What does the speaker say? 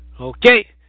Okay